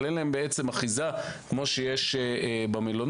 אבל אין להם אחיזה כמו שיש במלונות,